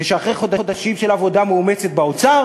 זה שאחרי חודשים של עבודה מאומצת באוצר